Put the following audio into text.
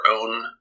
own